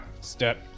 step